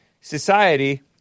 society